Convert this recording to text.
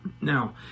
Now